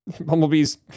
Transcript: Bumblebee's